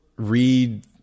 read